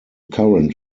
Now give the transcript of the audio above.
current